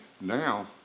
Now